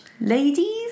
ladies